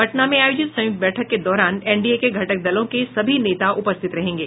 पटना में आयोजित संयुक्त बैठक के दौरान एनडीए के घटक दल के सभी नेता उपस्थित रहेंगे